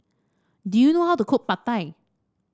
do you know how to cook Pad Thai